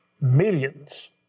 Millions